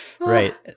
right